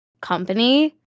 company